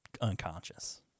Unconscious